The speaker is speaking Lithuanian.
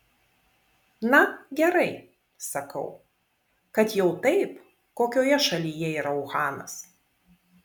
na gerai sakau kad jau taip kokioje šalyje yra uhanas